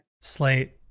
Slate